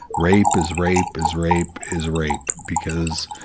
rape is rape is rape is rape, because,